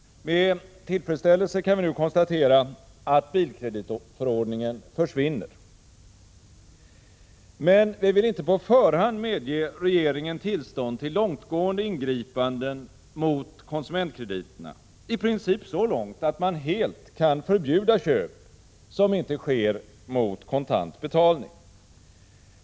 Med tillfredsställelse kan vi nu konstatera att bilkreditförordningen försvinner. Men vi vill inte på förhand medge regeringen tillstånd till långtgående ingripanden mot konsumentkrediterna, i princip så långt att man helt kan förbjuda köp som inte sker mot kontant betalning.